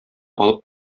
алып